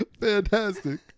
fantastic